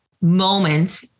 moment